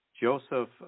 joseph